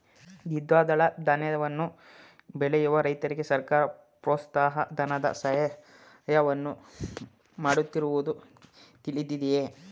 ದ್ವಿದಳ ಧಾನ್ಯಗಳನ್ನು ಬೆಳೆಯುವ ರೈತರಿಗೆ ಸರ್ಕಾರ ಪ್ರೋತ್ಸಾಹ ಧನದ ಸಹಾಯವನ್ನು ಮಾಡುತ್ತಿರುವುದು ತಿಳಿದಿದೆಯೇ?